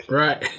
right